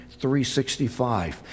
365